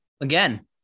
Again